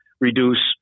reduce